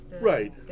Right